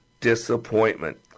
disappointment